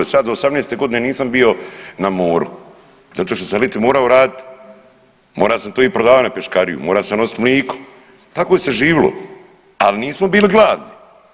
Sad do 18. godine nisam bio na moru, zato što sam liti morao radit, mora sam to i prodavat na peškariju, mora sam nosit mliko tako je se živilo, ali nismo bili gladni.